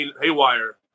haywire